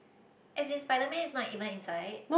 as in Spiderman is not even inside